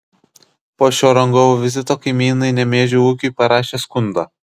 po šio rangovų vizito kaimynai nemėžio ūkiui parašė skundą